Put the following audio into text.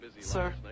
Sir